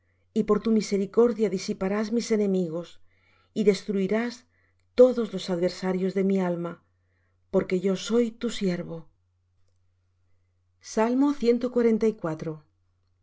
y por tu misericordia disiparás mis enemigos y destruirás todos los adversarios de mi alma porque yo soy tu siervo salmo